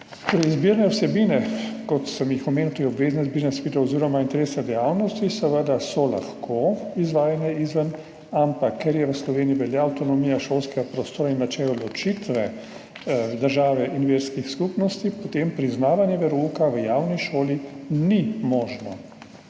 Izbirne vsebine, ki sem jih omenil, to je obvezna izbirna vsebina oziroma interesna dejavnost, je seveda lahko izvajana izven, ampak ker v Sloveniji velja avtonomija šolskega prostora in načelo ločitve države in verskih skupnosti, potem priznavanje verouka v javni šoli ni možno